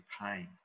pain